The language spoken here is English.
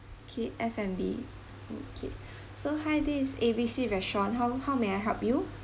K F&B okay so hi this is A B C restaurant how how may I help you